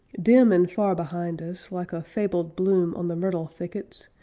dim and far behind us, like a fabled bloom on the myrtle thickets,